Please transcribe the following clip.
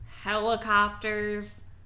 Helicopters